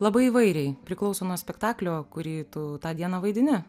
labai įvairiai priklauso nuo spektaklio kurį tu tą dieną vaidini